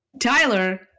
Tyler